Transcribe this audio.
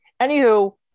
Anywho